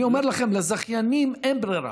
אני אומר לכם, לזכיינים אין ברירה.